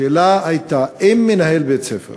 השאלה הייתה, אם מנהל בית-ספר